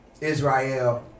Israel